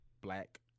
black